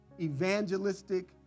evangelistic